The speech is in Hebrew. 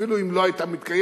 אפילו אם היא לא היתה מתקיימת,